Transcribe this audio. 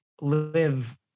live